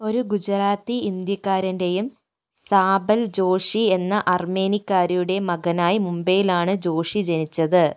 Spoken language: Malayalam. ഒരു ഗുജറാത്തി ഇന്ത്യക്കാരൻ്റെയും സാബൽ ജോഷി എന്ന അർമേനിക്കാരിയുടെയും മകനായി മുംബൈയിലാണ് ജോഷി ജനിച്ചത്